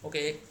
okay